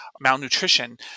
malnutrition